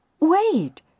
Wait